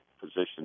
position